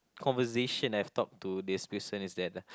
conversation I've talk to this person is that